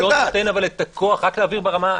זה לא נותן את הכוח להתקין את התקנות להגבלות.